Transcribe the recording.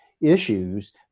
issues